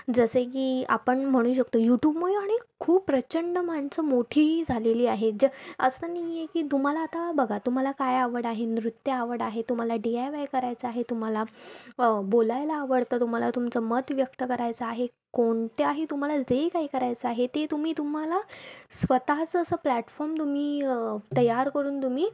जसे की आपण म्हणू शकतो युटूबमुळे आणि खूप प्रचंड माणसं मोठीही झालेली आहेत ज असं नाही आहे की तुम्हाला आता बघा तुम्हाला काय आवड आहे नृत्य आवड आहे तुम्हाला डीआयवाय करायचं आहे तुम्हाला बोलायला आवडतं तुम्हाला तुमचं मत व्यक्त करायचं आहे कोणत्याही तुम्हाला जे ही काही करायचं आहे ते तुम्ही तुम्हाला स्वतःचं असं प्लॅटफॉर्म तुम्ही तयार करून तुम्ही